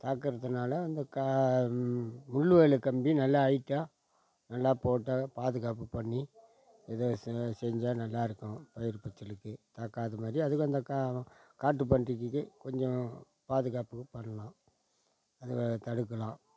தாக்கறதினால இந்த கா முள் வேலி கம்பி நல்லா ஹைட்டாக நல்லா போட்டு பாதுகாப்பு பண்ணி இது சே செஞ்சா நல்லா இருக்கும் பயிர் பச்சைளுக்கு தாக்காத மாதிரி அதுவும் அந்த கா காட்டு பன்றிக்கு கொஞ்சம் பாதுகாப்பு பண்ணலாம் அதை தடுக்கலாம்